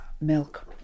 Milk